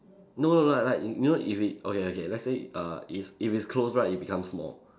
no no no like like you know if it okay okay let's say err it's if it's close right it become small